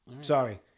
Sorry